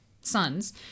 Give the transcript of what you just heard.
sons